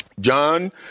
John